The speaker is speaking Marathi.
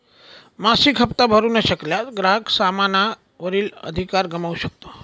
मासिक हप्ता भरू न शकल्यास, ग्राहक सामाना वरील अधिकार गमावू शकतो